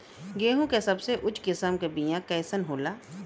गेहूँ के सबसे उच्च किस्म के बीया कैसन होला?